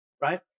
Right